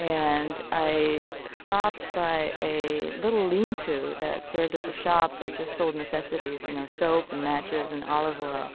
and i stopped by a little lean-to that served as a shop that just sold necessities you know soap, and matches and olive oil.